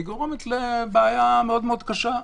היא גורמת לשתי בעיות מאוד קשות.